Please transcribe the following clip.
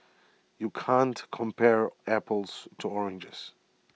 you can't compare apples to oranges